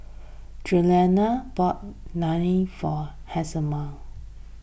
Juliann bought Naan for Hjalmar